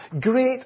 Great